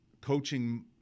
coaching